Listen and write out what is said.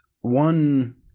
one